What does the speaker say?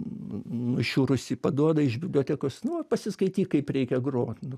nušiurusį paduoda iš bibliotekos na va pasiskaityk kaip reikia grot nu